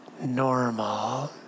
normal